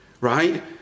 right